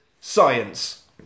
Science